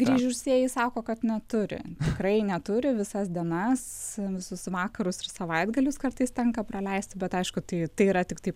grįžusieji sako kad neturi tikrai neturi visas dienas visus vakarus ir savaitgalius kartais tenka praleisti bet aišku tai tai yra tiktai